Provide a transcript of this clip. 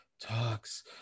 talks